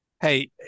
Hey